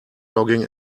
logging